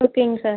ஓகேங்க சார்